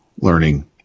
learning